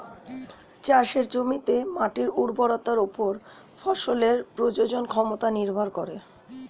চাষের জমিতে মাটির উর্বরতার উপর ফসলের প্রজনন ক্ষমতা নির্ভর করে